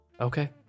Okay